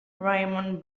raymond